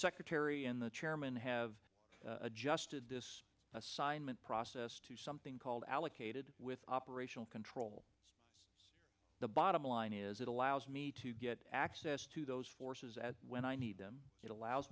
secretary and the chairman have adjusted this assignment process to something called allocated with operational control the bottom line is it allows me to get access to those forces as when i need them it allows